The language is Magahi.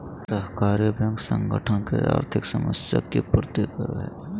सहकारी बैंक संगठन के आर्थिक समस्या के पूर्ति करो हइ